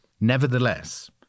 Nevertheless